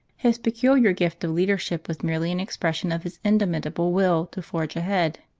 his peculiar gift of leadership was merely an expression of his indomitable will to forge ahead.